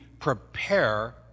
prepare